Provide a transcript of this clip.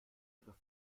ihre